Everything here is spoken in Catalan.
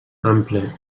ample